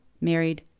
married